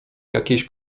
jakiejś